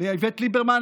לאיווט ליברמן,